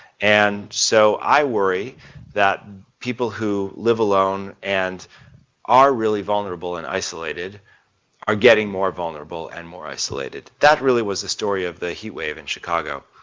and so i worry that people who live alone and are really vulnerable and isolated are getting more vulnerable and more isolated. that really was the story of the heat wave in chicago.